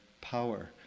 power